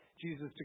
Jesus